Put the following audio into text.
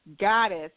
goddess